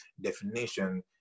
definition